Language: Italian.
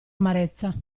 amarezza